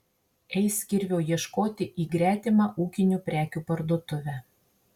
eis kirvio ieškoti į gretimą ūkinių prekių parduotuvę